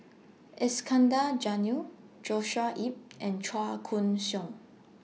Iskandar Jalil Joshua Ip and Chua Koon Siong